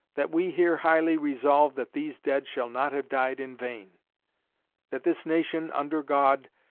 that we here highly resolve that these dead shall not have died in vain that this nation, under god,